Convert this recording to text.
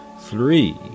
Three